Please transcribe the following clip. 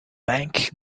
bank